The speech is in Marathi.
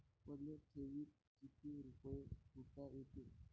मले ठेवीत किती रुपये ठुता येते?